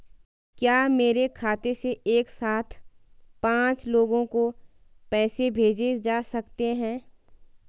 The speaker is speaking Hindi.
क्या मेरे खाते से एक साथ पांच लोगों को पैसे भेजे जा सकते हैं?